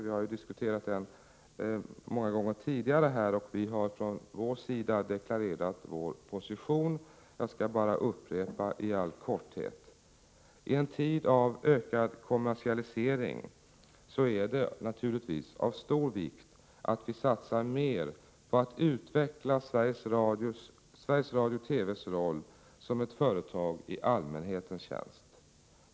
Vi har ju diskuterat den många gånger tidigare, och vi har från vår sida deklarerat vår position. Jag skall bara upprepa den i all korthet. I en tid av ökad kommersialisering är det naturligtvis av stor vikt att vi satsar mer på att utveckla Sveriges Radios och TV:s roll som ett företag i allmänhetens tjänst.